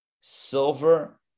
silver